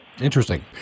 interesting